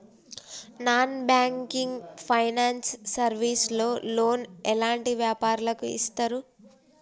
Non banking finance service లో loan ఎలాంటి వ్యాపారులకు ఇస్తరు?